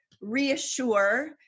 reassure